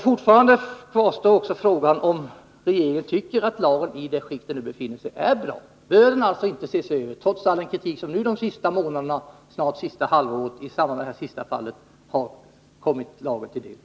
Frågan kvarstår om regeringen tycker att lagen i den form den nu har är bra. Bör lagen alltså inte ses över, trots all den kritik som de senaste månaderna, ja, snart det senaste halvåret, har riktats mot den?